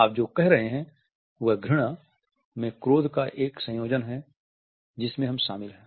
आप जो कह रहे हैं वह घृणा में क्रोध का एक संयोजन है जिसमें हम शामिल हैं